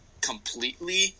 completely